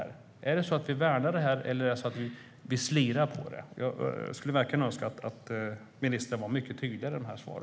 Värnar vi detta eller slirar vi på det? Jag skulle verkligen önska att ministern var mycket tydligare i sitt svar.